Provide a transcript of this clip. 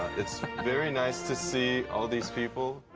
it's very nice to see all these people.